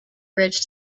bridge